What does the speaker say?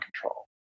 control